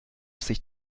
sich